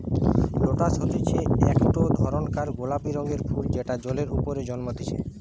lotus হতিছে একটো ধরণকার গোলাপি রঙের ফুল যেটা জলের ওপরে জন্মতিচ্ছে